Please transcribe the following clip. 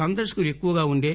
సందర్పకులు ఎక్కువగా ఉండే